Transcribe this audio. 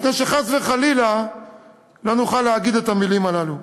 לפני שחס וחלילה לא נוכל להגיד את המילים הללו.